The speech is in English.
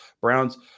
Browns